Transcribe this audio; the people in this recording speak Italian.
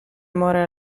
amore